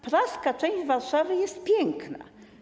Praska część Warszawy jest piękna.